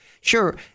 Sure